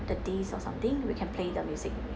the disc or something we can play the music